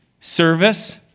service